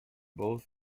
both